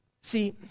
See